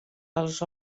els